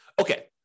Okay